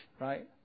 right